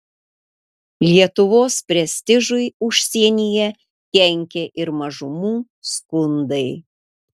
lietuvos prestižui užsienyje kenkė ir mažumų skundai